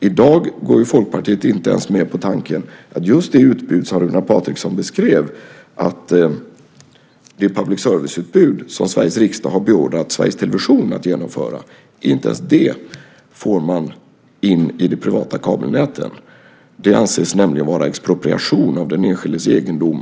I dag går Folkpartiet inte ens med på tanken att just det utbud som Runar Patriksson beskrev, det public service utbud som Sveriges riksdag har beordrat Sveriges Television att genomföra, får tas in i de privata kabelnäten. Att begära åtkomst till dessa ledningar anses nämligen vara expropriation av den enskildes egendom.